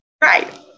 Right